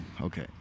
okay